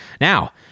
Now